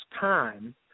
time